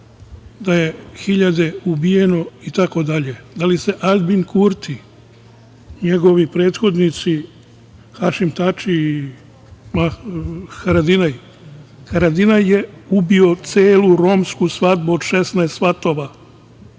da je hiljade ubijeno, itd? Da li se Aljbin Kurti i njegovi prethodnici Hašim Tači i Haradinaj… Haradinaj je ubio celu romsku svadbu od 16 svatova,